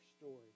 story